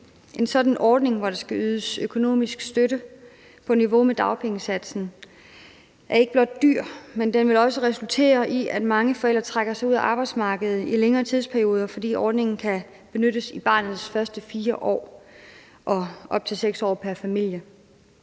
En sådan ordning, hvor der skal ydes økonomisk støtte på niveau med dagpengesatsen, er ikke blot dyr, men vil også resultere i, at mange forældre trækker sig fra arbejdsmarkedet i længere tidsperioder, fordi ordningen kan benyttes i barnets første 4 år og op til 6 år pr. familie.